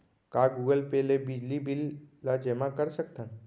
का Google Pay ले बिजली बिल ल जेमा कर सकथन?